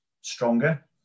stronger